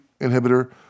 inhibitor